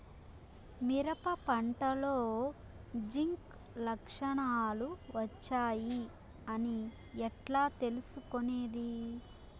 మిరప పంటలో జింక్ లక్షణాలు వచ్చాయి అని ఎట్లా తెలుసుకొనేది?